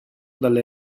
dalle